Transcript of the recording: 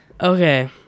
Okay